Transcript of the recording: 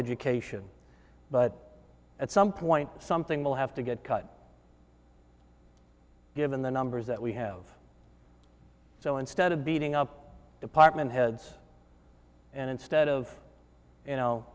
education but at some point something will have to get cut given the numbers that we have so instead of beating up department heads and instead of you know